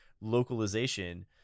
localization